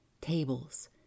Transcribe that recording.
tables